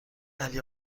علی